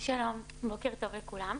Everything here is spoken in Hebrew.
שלום ובוקר טוב לכולם.